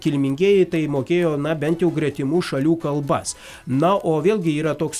kilmingieji tai mokėjo na bent jau gretimų šalių kalbas na o vėlgi yra toks